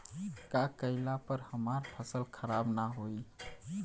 का कइला पर हमार फसल खराब ना होयी?